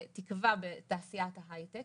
בתקווה, בתעשיית ההייטק